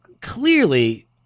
clearly